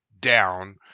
down